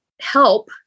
help